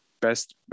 best